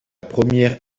première